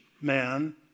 man